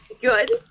good